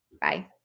Bye